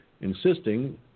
insisting